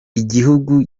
igihugu